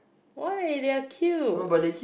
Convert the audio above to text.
why they're cute